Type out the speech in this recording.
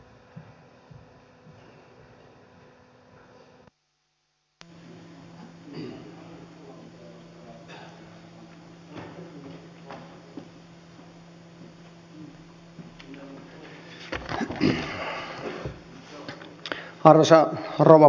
arvoisa rouva puhemies